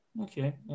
Okay